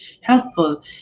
helpful